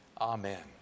Amen